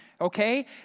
okay